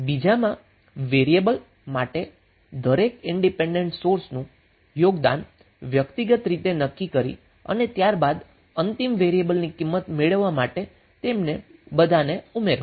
હવે બીજામાં વેરીએબલ માટે દરેક ઇન્ડિપેન્ડન્ટ સોર્સનું યોગદાન વ્યક્તિગત રીતે નક્કી કરી અને ત્યારબાદ અંતિમ વેરીએબલની કિંમત મેળવવા માટે તેમને બધાને ઉમેરો